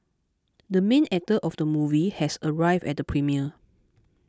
the main actor of the movie has arrived at the premiere